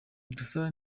gusa